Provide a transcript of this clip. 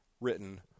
written